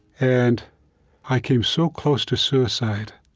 and i came so close to suicide,